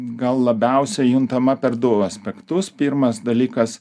gal labiausiai juntama per du aspektus pirmas dalykas